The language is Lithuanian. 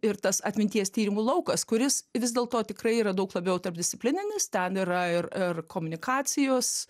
ir tas atminties tyrimų laukas kuris vis dėl to tikrai yra daug labiau tarpdisciplininis ten yra ir ir komunikacijos